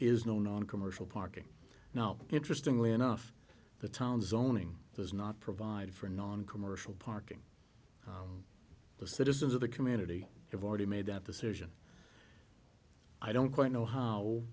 is no noncommercial parking no interestingly enough the town zoning does not provide for noncommercial parking the citizens of the community have already made that decision i don't quite know how